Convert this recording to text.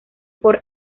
por